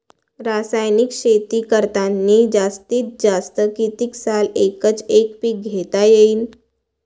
रासायनिक शेती करतांनी जास्तीत जास्त कितीक साल एकच एक पीक घेता येईन?